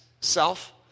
self